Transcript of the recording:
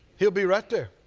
he'll be right there.